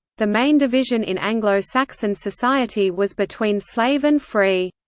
the main division in anglo-saxon society was between slave and free.